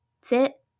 sit